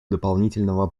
дополнительного